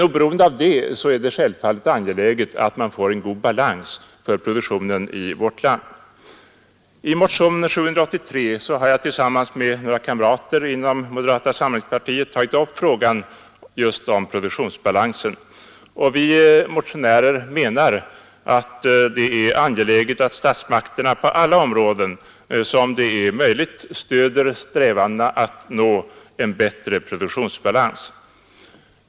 Oberoende härav är det dock självfallet angeläget att man får en god produktionsbalans inom jordbruket i vårt land. I motionen 783 har jag tillsammans med några kamrater inom moderata samlingspartiet tagit upp just produktionsbalansen inom svenskt jordbruk. Vi motionärer menar att det är angeläget att statsmakterna på alla områden där så är möjligt stöder strävandena att nå en bättre produktionsbalans.